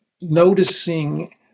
noticing